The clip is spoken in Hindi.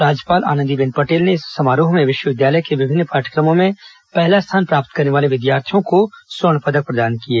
राज्यपाल आनंदीबेन पटेल ने इस समारोह में विश्वविद्यालय के विभिन्न पाठ्यक्रमो में पहला स्थान प्राप्त करने वाले विद्यार्थियों को स्वर्ण पदक प्रदान किए